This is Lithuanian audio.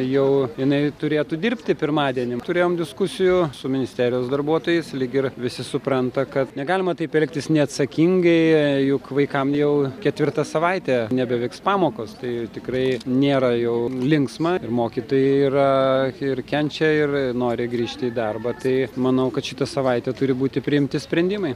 jau jinai turėtų dirbti pirmadienį turėjom diskusijų su ministerijos darbuotojais ligi ir visi supranta kad negalima taip elgtis neatsakingai juk vaikam jau ketvirtą savaitę nebevyks pamokos tai tikrai nėra jau linksma ir mokytojai yra ir kenčia ir nori grįžti į darbą tai manau kad šitą savaitę turi būti priimti sprendimai